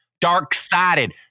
dark-sided